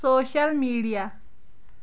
social media